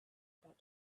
about